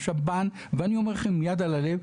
השב"ן ואני אומר לכם עם יד על הלב,